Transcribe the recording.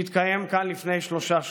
שהתקיים כאן לפני שלושה שבועות.